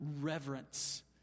reverence